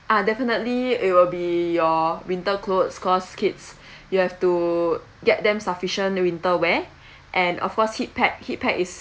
uh definitely it will be your winter clothes cause kids you have to get them sufficient winter wear and of course heat pack heat pack is